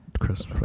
Chris